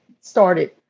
started